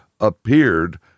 appeared